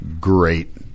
great